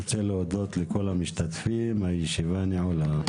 אני רוצה להודות לכל המשתתפים, הישיבה נעולה.